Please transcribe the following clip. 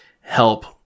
help